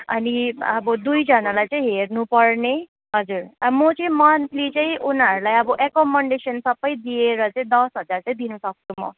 अनि अब दुईजनालाई चाहिँ हेर्नुपर्ने हजुर अब म चाहिँ मन्थली चाहिँ उनीहरूलाई अब एकोमोन्डेसन सबै दिएर चाहिँ दस हजार चाहिँ दिनसक्छु म